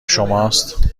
شماست